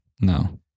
No